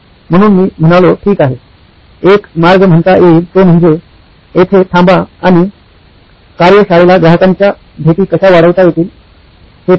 म्हणून मी म्हणालो ठीक आहे एक मार्ग म्हणता येईल तो म्हणजे येथे थांबा आणि कार्यशाळेला ग्राहकांच्या भेटी कशा वाढवता येतील हे पाहणे